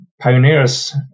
pioneers